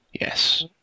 Yes